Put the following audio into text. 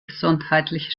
gesundheitliche